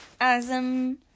Asm